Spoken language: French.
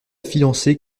fiancée